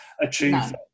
achieve